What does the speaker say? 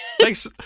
thanks